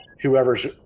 whoever's